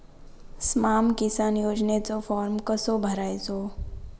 स्माम किसान योजनेचो फॉर्म कसो भरायचो?